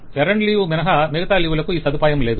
ఎరండు leave మినహా మిగతా leave లకు ఈ సదుపాయం లేదు